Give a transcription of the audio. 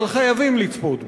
אבל חייבים לצפות בו.